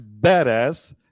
badass